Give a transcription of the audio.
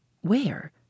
Where